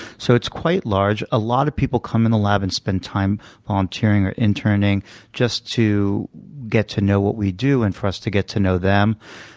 so it's quite large. a lot of people come in the lab and spend time volunteering or interning just to get to know what we do and for us to get to know them.